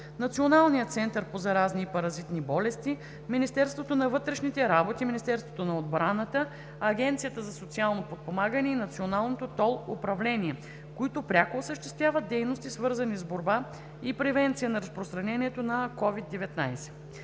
Националния център по заразни и паразитни болести, Министерството на вътрешните работи, Министерството на отбраната, Агенцията за социално подпомагане и Националното тол управление, които пряко осъществяват дейности, свързани с борба и превенция на разпространението на COVID-19.